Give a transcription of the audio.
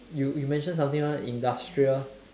you you mentioned something one industrial